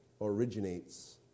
originates